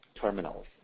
terminals